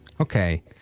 Okay